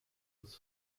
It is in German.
des